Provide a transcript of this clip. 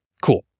cool